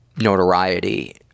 notoriety